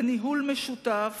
בניהול משותף